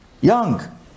Young